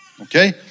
Okay